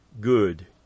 good